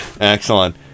Excellent